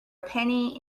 penny